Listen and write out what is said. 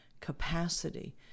capacity